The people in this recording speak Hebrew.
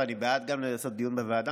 ואני גם בעד לעשות דיון בוועדה.